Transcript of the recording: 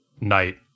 night